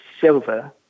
silver